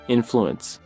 Influence